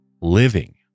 living